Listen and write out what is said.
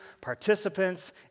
participants